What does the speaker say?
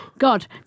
God